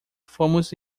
fomos